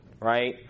Right